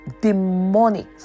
demonic